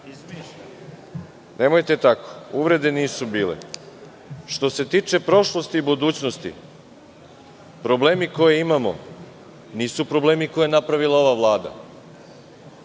Nemojte tako. Uvrede nisu bile. Što se tiče prošlosti i budućnosti, problemi koje imamo nisu problemi koje je napravila ova Vlada,